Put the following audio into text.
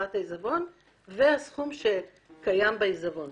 העיזבון והסכום שקיים בעיזבון.